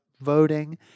voting